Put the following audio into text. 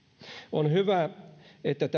on hyvä että